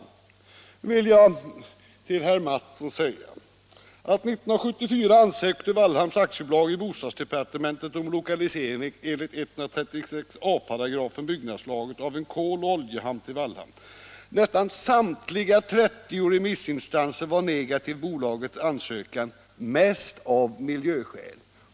För herr Mattsson vill jag nämna att år 1974 ansökte Wallhamn AB hos bostadsdepartementet om tillstånd enligt 136 a § byggnadslagen att anlägga en kol och oljehamn i Wallhamn. Nästan samtliga 30 remissinstanser var negativa till bolagets ansökan, mest av miljöskäl.